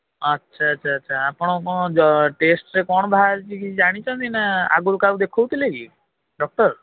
ଆଚ୍ଛା ଆଚ୍ଛା ଆଚ୍ଛା ଆପଣଙ୍କୁ କ'ଣ ଟେଷ୍ଟରେ କ'ଣ ବାହାରିଛି କି ଜାଣିଛନ୍ତି ନା ଆଗରୁ କାହାକୁ ଦେଖାଉଥିଲେ କି ଡକ୍ଟର